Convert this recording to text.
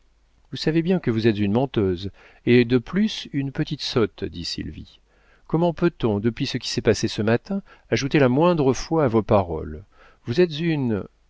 vous savez bien que vous êtes une menteuse et de plus une petite sotte dit sylvie comment peut-on depuis ce qui s'est passé ce matin ajouter la moindre foi à vos paroles vous êtes une